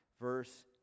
Verse